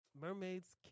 mermaids